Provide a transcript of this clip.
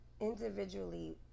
Individually